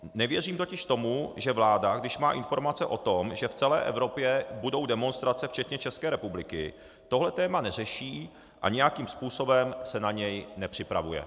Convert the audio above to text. Nevěřím totiž tomu, že vláda, když má informace o tom, že v celé Evropě budou demonstrace včetně České republiky, tohle téma neřeší a nějakým způsobem se na něj nepřipravuje.